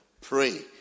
Pray